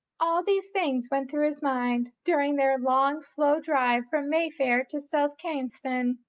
all these things went through his mind during their long slow drive from mayfair to south kensington,